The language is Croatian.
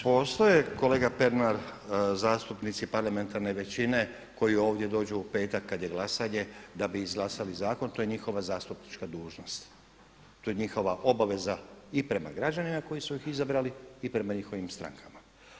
Postoje kolega Pernar zastupnici parlamentarne većine koji ovdje dođu u petak kada je glasanje da bi izglasali zakon, to je njihova zastupnička dužnost, to je njihova obaveza i prema građanima koji su ih izabrali i prema njihovim strankama.